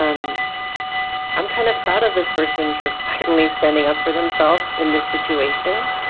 um i'm kind of proud of this person for finally standing up for themselves in this situation.